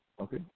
okay